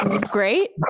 great